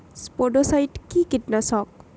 স্পোডোসাইট কি কীটনাশক?